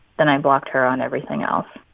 then i blocked her on everything else.